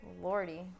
lordy